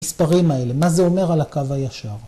מספרים האלה, מה זה אומר על הקו הישר?